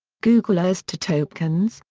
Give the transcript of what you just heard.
googlers to topekans,